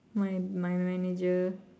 my my manager